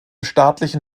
staatlichen